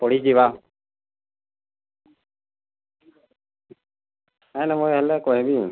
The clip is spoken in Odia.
ପଡ଼ିଯିବା ଆଏନ୍ ଦେବ ହେଲେ କହେବି